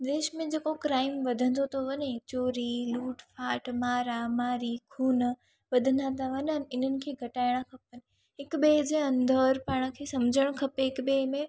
विश्व में क्राइम जेको वधंदो थो वञे चोरी लूटपाट मारामारी खून वधंदा था वञनि इन्हनि घटाइणा खपनि हिकु ॿिए जे अंदरु पाण खे सम्झणु खपे हिक ॿिए जे